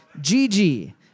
Gigi